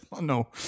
No